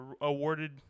awarded